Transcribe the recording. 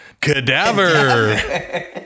cadaver